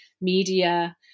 media